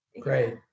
Great